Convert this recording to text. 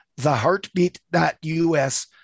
theheartbeat.us